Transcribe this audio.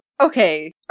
Okay